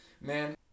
Man